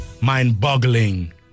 mind-boggling